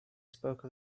spoke